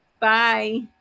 bye